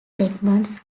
segments